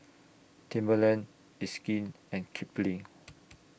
Timberland It's Skin and Kipling